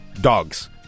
dogs